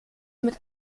mit